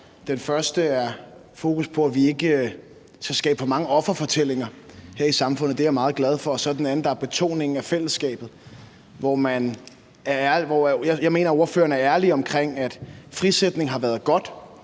Den første er fokusset på, at vi ikke skal skabe for mange offerfortællinger her i samfundet. Det er jeg meget glad for. Og den anden er betoningen af fællesskabet. Jeg mener, ordføreren er ærlig om, at frisætning har været godt,